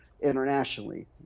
internationally